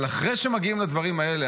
אבל אחרי שמגיעים לדברים האלה,